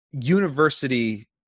University